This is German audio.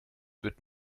wird